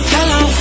Hello